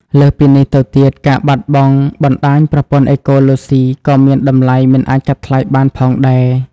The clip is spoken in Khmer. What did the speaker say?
លើសពីនេះទៅទៀត ការបាត់បង់បណ្តាញប្រព័ន្ធអេកូឡូស៊ី ក៏មានតម្លៃមិនអាចកាត់ថ្លៃបានផងដែរ។